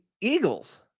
Eagles